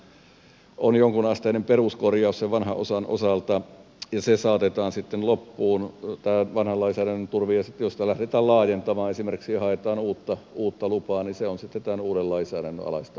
elikkä siellä on jonkinasteinen peruskorjaus sen vanhan osan osalta ja se saatetaan sitten loppuun tämän vanhan lainsäädännön turvin ja jos sitä lähdetään laajentamaan esimerkiksi haetaan uutta lupaa niin se on sitten tämän uuden lainsäädännön alaista toimintaa